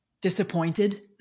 disappointed